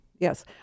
Yes